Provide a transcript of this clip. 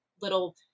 little